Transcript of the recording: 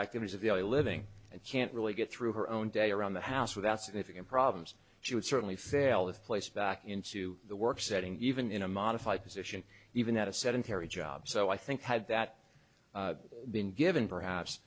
activities of daily living and can't really get through her own day around the house without significant problems she would certainly fail if placed back into the work setting even in a modified position even at a sedentary job so i think had that been given perhaps